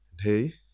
hey